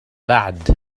بعد